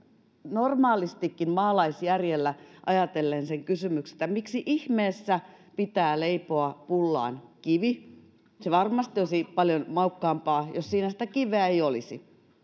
normaalistikin maalaisjärjellä ajatellen sen kysymyksen että miksi ihmeessä pitää leipoa pullaan kivi se varmasti olisi paljon maukkaampaa jos siinä kiveä ei olisi